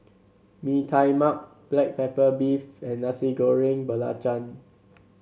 Mee Tai Mak Black Pepper Beef and Nasi Goreng Belacan